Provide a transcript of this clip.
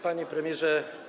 Panie Premierze!